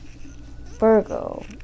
Virgo